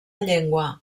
llengua